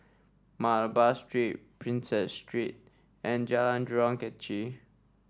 Malabar Street Prinsep Street and Jalan Jurong Kechil